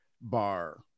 bar